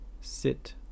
sit